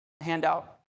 handout